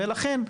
ולכן,